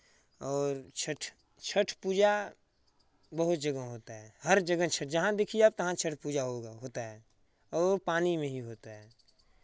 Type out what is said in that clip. और छठ छठ पूजा बहुत जगह होता है हर जगह छठ जहाँ देखिए आप तहाँ छठ पूजा होगा होता है और वो पानी में ही होता है